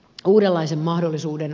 uudenlaisen mahdollisuuden